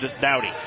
Dowdy